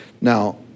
Now